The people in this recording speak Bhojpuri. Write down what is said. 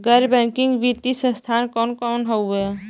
गैर बैकिंग वित्तीय संस्थान कौन कौन हउवे?